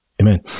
amen